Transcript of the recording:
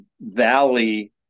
valley